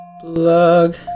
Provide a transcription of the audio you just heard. plug